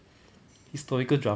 historical drama